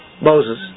Moses